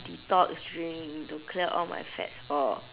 detox drink to clear all my fats for